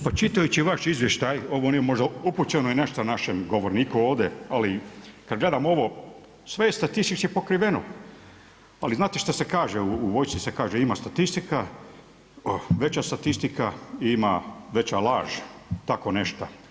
Pa čitajući vaš izvještaj, ovo nije možda upućeno i nešto našem govorniku ovdje, ali kad gledam ovo, sve je statistički pokriveno, ali znate što se kaže, u vojsci se kaže, ima statistika, veća statistika ima i veća laž, tako nešto.